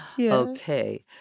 Okay